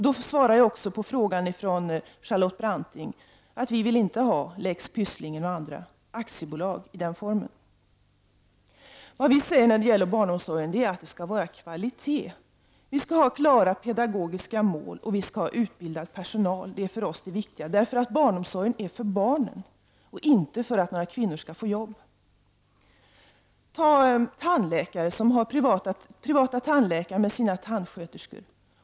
Då svarar jag också på frågan från Charlotte Branting, nämligen att vi inte vill ha lex Pysslingen och andra aktiebolag i den formen. Vad vi säger när det gäller barnomsorgen är att det skall vara kvalitetpå den. Vi anser att det skall finnas klara pedagogiska mål för barnomsorgen och att vi skall ha utbildad personal. Det är för oss det viktiga. Barnomsorgen är nämligen till för barnen och inte för att några kvinnor skall få jobb. Man kan ta privata tandläkare och deras tandsköterskor som exempel.